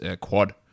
quad